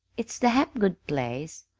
it's the hapgood place.